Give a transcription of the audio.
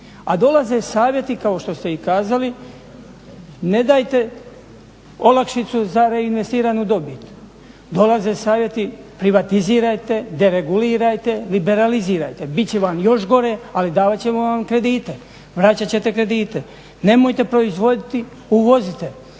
a dolaze savjeti kao što ste i kazali ne dajte olakšicu za reinvestiranu dobit. Dolaze savjeti privatizirajte, deregulirajte, liberalizirajte, biti će vam još gore ali davati ćemo vam kredite, vraćati ćete kredite. Nemojte proizvoditi, uvozite.